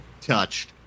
touched